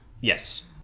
Yes